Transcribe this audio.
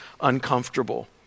uncomfortable